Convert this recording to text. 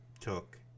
took